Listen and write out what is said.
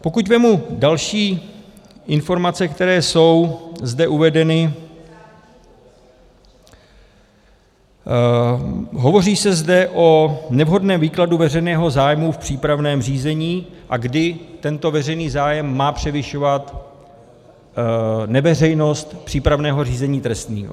Pokud vezmu další informace, které jsou zde uvedeny, hovoří se zde o nevhodném výkladu veřejného zájmu v přípravném řízení, a kdy tento veřejný zájem má převyšovat neveřejnost přípravného řízení trestního.